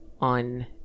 on